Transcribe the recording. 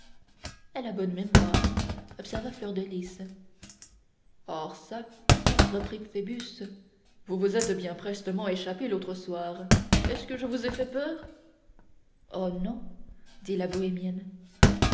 a bonne mémoire observa fleur de lys or çà reprit phoebus vous vous êtes bien prestement échappée l'autre soir est-ce que je vous fais peur oh non dit la bohémienne